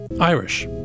Irish